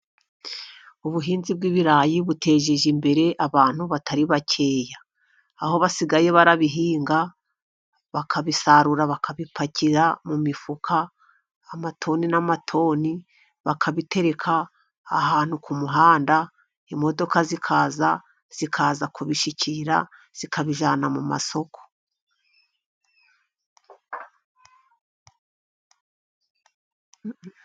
Ubuhinzi bw'ibirayi butejeje imbere abantu batari bakeya, aho basigaye barabihinga bakabisarura bakabipakira mu mifuka, amatoni n'amatoni bakabitereka ahantu ku muhanda imodoka zikaza, zikaza kubishyikira zikabijyana mu masoko.